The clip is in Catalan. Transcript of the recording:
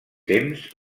temps